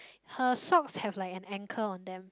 her socks have like an angle on them